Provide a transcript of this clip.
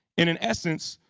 in an essence,